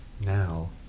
now